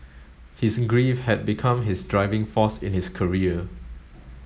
his grief had become his driving force in his career